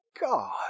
God